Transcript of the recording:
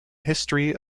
history